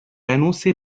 annoncé